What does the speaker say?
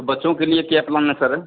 बच्चों के लिए क्या प्लान है सर